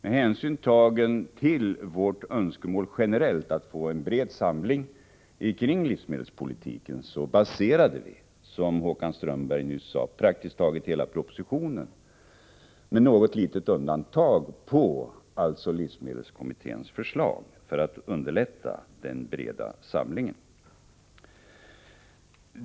Med hänsyn tagen till vårt generella önskemål att få en bred samling kring livsmedelspolitiken baserades, som Håkan Strömberg nyss sade, praktiskt taget hela propositionen med något litet undantag på livsmedelskommitténs förslag, i syfte att underlätta denna breda samling.